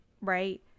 right